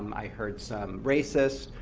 i heard some racist.